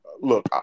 look